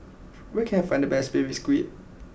where can I find the best Baby Squid